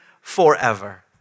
forever